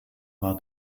war